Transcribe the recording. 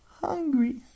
hungry